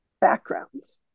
backgrounds